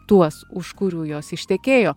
tuos už kurių jos ištekėjo